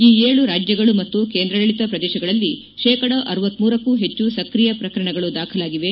ಈ ಏಳು ರಾಜ್ಯಗಳು ಮತ್ತು ಕೇಂದ್ರಾಡಳಿತ ಪ್ರದೇಶಗಳಲ್ಲಿ ಶೇಕಡ ಟಕ್ಕೂ ಹೆಚ್ಚು ಸಕ್ರಿಯ ಪ್ರಕರಣಗಳು ದಾಖಲಾಗಿವೆ